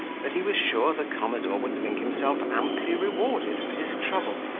that he was sure the commodore would think himself amply rewarded for his trouble,